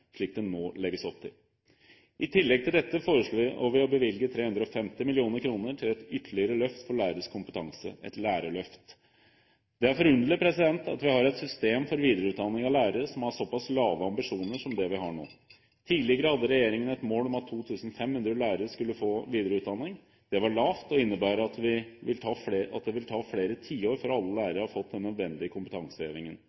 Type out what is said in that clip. slik det nå legges opp til. I tillegg til dette foreslår vi å bevilge 350 mill. kr til et ytterligere løft for læreres kompetanse – et lærerløft. Det er forunderlig at vi har et system for videreutdanning av lærere som har såpass lave ambisjoner som det vi har nå. Tidligere hadde regjeringen et mål om at 2 500 lærere skulle få videreutdanning. Det var lavt og innebærer at det vil ta flere tiår før alle